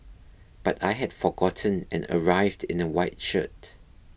but I had forgotten and arrived in a white shirt